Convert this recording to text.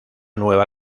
nueva